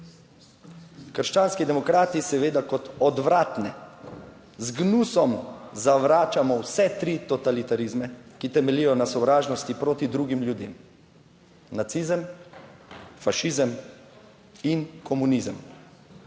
Krščanski demokrati seveda kot odvratne z gnusom zavračamo vse tri totalitarizme, ki temeljijo na sovražnosti proti drugim ljudem: nacizem, fašizem in komunizem.